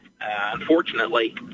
unfortunately